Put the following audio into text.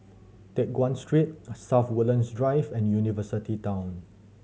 Teck Guan Street South Woodlands Drive and University Town